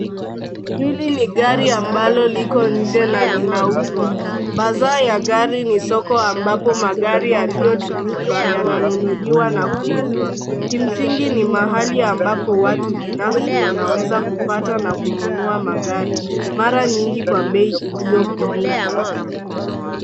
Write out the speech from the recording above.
Hili ni gari ambalo liko nje na linauzwa. Bazaar ya gari ni soko ambapo magari yaliyotumika yananunuliwa na kuuzwa. Kimsingi ni mahali ambapo watu binafsi wanaweza kupata na kununua magari, mara nyingi kwa bei iliyopunguzwa.